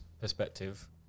perspective